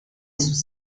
sus